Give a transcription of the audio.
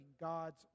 God's